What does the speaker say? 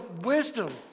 wisdom